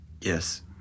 Yes